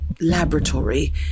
Laboratory